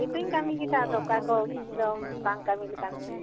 ᱡᱚᱛᱚ ᱜᱮᱛᱩᱧ ᱠᱟᱹᱢᱤ ᱠᱮᱫᱟ ᱟᱫᱚ ᱚᱠᱟ ᱠᱚ ᱵᱟᱝ ᱠᱟᱹᱢᱤ ᱞᱮᱠᱟᱢ ᱧᱮᱞᱮᱜᱼᱟ